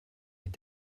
mit